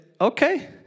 okay